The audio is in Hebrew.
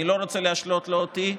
אני לא רוצה להשלות לא אותי,